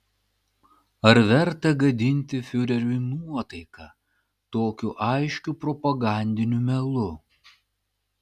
ar verta gadinti fiureriui nuotaiką tokiu aiškiu propagandiniu melu